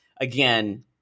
Again